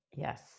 Yes